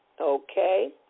okay